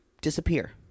disappear